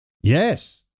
yes